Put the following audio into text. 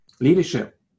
leadership